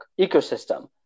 ecosystem